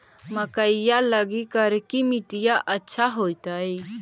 मकईया लगी करिकी मिट्टियां अच्छा होतई